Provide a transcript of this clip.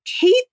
Kate